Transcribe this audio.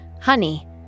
honey